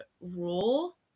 rule